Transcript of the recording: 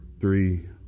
three